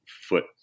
foot